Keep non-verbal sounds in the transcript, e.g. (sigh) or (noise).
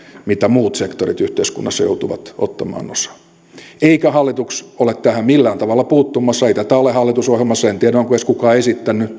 mitä muut sektorit yhteiskunnassa joutuvat ottamaan osaa eikä hallitus ole tähän millään tavalla puuttumassa ei tätä ole hallitusohjelmassa en tiedä onko edes kukaan esittänyt (unintelligible)